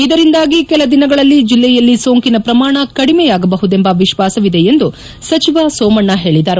ಇದರಿಂದಾಗಿ ಕೆಲ ದಿನಗಳಲ್ಲಿ ಜಿಲ್ಲೆಯಲ್ಲಿ ಸೋಂಕಿನ ಪ್ರಮಾಣ ಕಡಿಮೆ ಆಗಬಹುದೆಂಬ ವಿಶ್ನಾಸವಿದೆ ಎಂದು ಸಚಿವ ಸೋಮಣ್ಣ ಹೇಳಿದರು